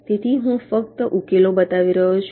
તેથી હું ફક્ત ઉકેલો બતાવી રહ્યો છું